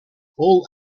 all